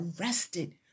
arrested